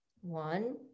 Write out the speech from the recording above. One